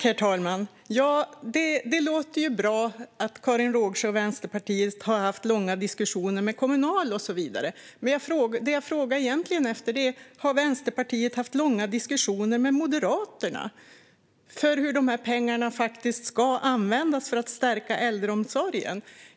Herr talman! Det låter bra att Karin Rågsjö och Vänsterpartiet har haft långa diskussioner med Kommunal och så vidare. Men det jag egentligen frågade efter är om Vänsterpartiet har haft långa diskussioner med Moderaterna om hur de här pengarna ska användas för att stärka äldreomsorgen.